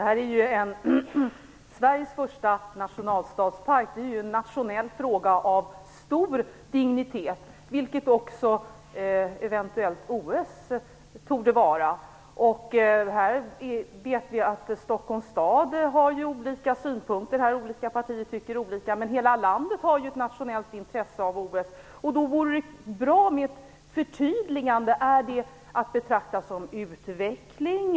Herr talman! Sveriges första nationalstadspark är en nationell fråga, av stor dignitet, vilket ett eventuellt OS också torde vara. Här vet vi att Stockholms stad har olika synpunkter och att partierna tycker olika, men hela landet har ett nationellt intresse av OS. Det vore därför bra med ett förtydligande: Är ett OS att betrakta som utveckling?